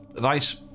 nice